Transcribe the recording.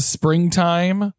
springtime